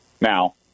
Now